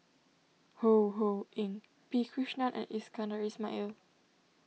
Ho Ho Ying P Krishnan and Iskandar Ismail